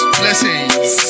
blessings